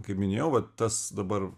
kaip minėjau va tas dabar